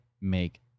make